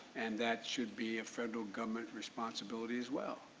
and that should be a federal government responsibility as well.